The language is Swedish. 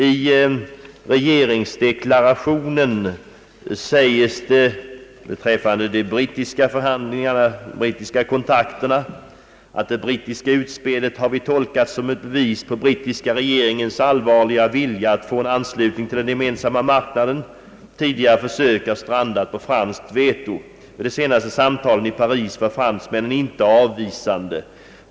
I regeringsdeklarationen sägs det beträffande de brittiska kontakterna: »Det brittiska utspelet har vi tolkat som ett bevis på brittiska regeringens allvarliga vilja att få en anslutning till den gemensamma marknaden. Tidigare försök har strandat på franskt veto. Vid de senaste samtalen i Paris var fransmännen inte avvisande.